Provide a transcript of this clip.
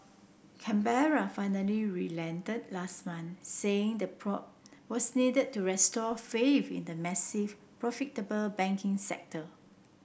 Canberra finally relented last month saying the probe was needed to restore faith in the massive profitable banking sector